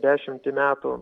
dešimtį metų